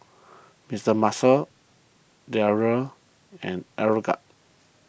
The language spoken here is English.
Mister Muscle Dreyers and Aeroguard